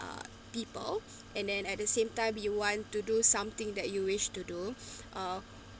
a people and then at the same time you want to do something that you wish to do uh